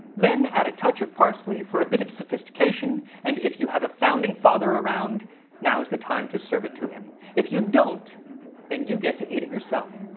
then add a touch of parsley for a bit of sophistication, and if you have a founding father around now is the time to serve it to him. if you don't then you get to eat it yourself,